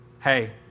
Hey